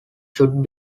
should